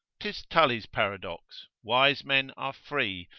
tis tully's paradox, wise men are free,